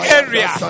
area